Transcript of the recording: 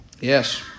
Yes